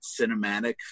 cinematic